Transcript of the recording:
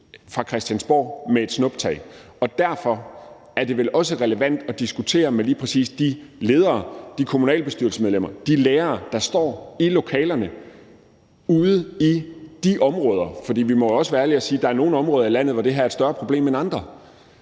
fra Christiansborgs side med et snuptag, og derfor er det vel også relevant at diskutere det med lige præcis de ledere, de kommunalbestyrelsesmedlemmer, de lærere, der står i lokalerne, ude i de områder? For vi må jo også være ærlige og sige, at der er nogle områder i landet, hvor det her er et større problem, end andre.